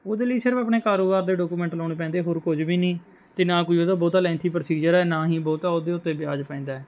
ਉਹਦੇ ਲਈ ਸਿਰਫ ਆਪਣੇ ਕਾਰੋਬਾਰ ਦੇ ਡਾਕੂਮੈਂਟ ਲਾਉਣੇ ਪੈਂਦੇ ਹੋਰ ਕੁਝ ਵੀ ਨਹੀਂ ਅਤੇ ਨਾ ਕੋਈ ਉਹਦਾ ਬਹੁਤਾ ਲੈਂਥੀ ਪ੍ਰੋਸੀਜਰ ਹੈ ਨਾ ਹੀ ਬਹੁਤਾ ਉਹਦੇ ਉੱਤੇ ਵਿਆਜ ਪੈਂਦਾ